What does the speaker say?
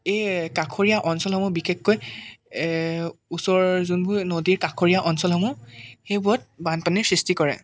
এই কাষৰীয়া অঞ্চলসমূহ বিশেষকৈ ওচৰৰ যোনবোৰ নদীৰ কাষৰীয়া অঞ্চলসমূহ সেইবোৰত বানপানীৰ সৃষ্টি কৰে